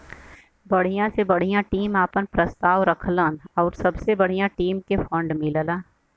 बढ़िया से बढ़िया टीम आपन प्रस्ताव रखलन आउर सबसे बढ़िया टीम के फ़ंड मिलला